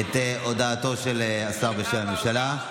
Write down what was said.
את הודעתו של השר ושל הממשלה.